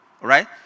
right